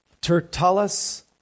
Tertullus